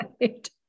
right